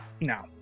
No